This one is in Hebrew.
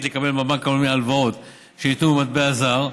לקבל מהבנק העולמי הלוואות שניתנו במטבע זר,